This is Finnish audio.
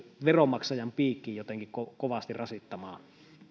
veronmaksajan piikkiin jotenkin kovasti rasittamaan